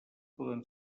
poden